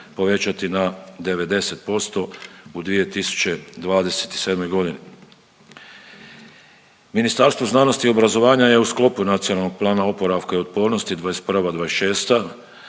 Vezano uz navedeno Ministarstvo znanosti i obrazovanja je u sklopu Nacionalnog plana oporavka i otpornosti